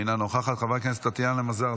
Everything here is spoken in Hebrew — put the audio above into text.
אינה נוכחת, חבר הכנסת טטיאנה מזרסקי,